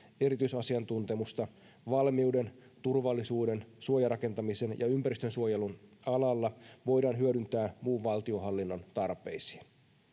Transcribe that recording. erityisasiantuntemusta valmiuden turvallisuuden suojarakentamisen ja ympäristönsuojelun alalla voidaan hyödyntää muun valtionhallinnon tarpeisiin